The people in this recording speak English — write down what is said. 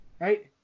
right